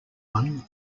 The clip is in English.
one